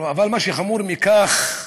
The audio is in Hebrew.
אבל מה שחמור מכך,